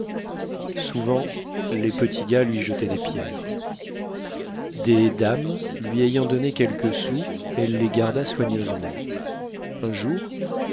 souvent les petits gars lui jetaient des pierres des dames lui ayant donné quelques sous elle les garda soigneusement un